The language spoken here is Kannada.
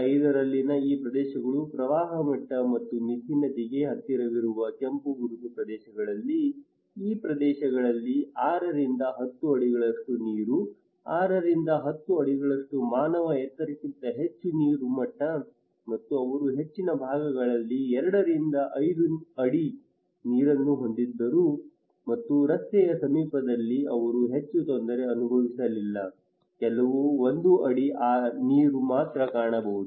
2005 ರಲ್ಲಿನ ಈ ಪ್ರದೇಶಗಳ ಪ್ರವಾಹ ಮಟ್ಟ ಮತ್ತು ಮಿಥಿ ನದಿಗೆ ಹತ್ತಿರವಿರುವ ಕೆಂಪು ಗುರುತು ಪ್ರದೇಶಗಳಲ್ಲಿ ಈ ಪ್ರದೇಶಗಳಲ್ಲಿ ಆರರಿಂದ ಹತ್ತು ಅಡಿಗಳಷ್ಟು ನೀರು ಆರರಿಂದ ಹತ್ತು ಅಡಿಗಳಷ್ಟು ಮಾನವ ಎತ್ತರಕ್ಕಿಂತ ಹೆಚ್ಚು ನೀರು ಮಟ್ಟ ಮತ್ತು ಅವರು ಹೆಚ್ಚಿನ ಭಾಗಗಳಲ್ಲಿ ಎರಡರಿಂದ ಐದು ಅಡಿ ನೀರುನ್ನು ಹೊಂದಿದ್ದರು ಮತ್ತು ರಸ್ತೆಯ ಸಮೀಪದಲ್ಲಿ ಅವರು ಹೆಚ್ಚು ತೊಂದರೆ ಅನುಭವಿಸಲಿಲ್ಲ ಕೇವಲ ಒಂದು ಅಡಿ ನೀರು ಮಾತ್ರ ಕಾಣಬಹುದು